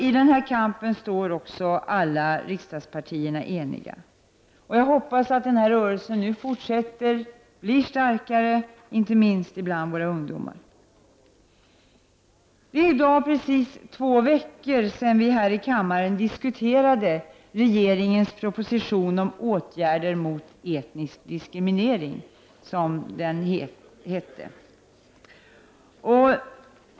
I den här kampen står alla riksdagspartier eniga. Jag hoppas denna rörelse fortsätter och blir starkare, inte minst bland våra ungdomar. Det är i dag precis två veckor sedan vi här i kammaren diskuterade regeringens proposition om åtgärder mot etnisk diskriminering.